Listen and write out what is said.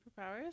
superpowers